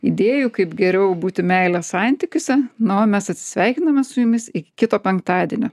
idėjų kaip geriau būti meilės santykiuose na mes atsisveikiname su jumis iki kito penktadienio